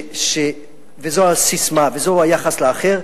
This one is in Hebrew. זאת הססמה וזה היחס לאחר,